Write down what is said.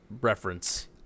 reference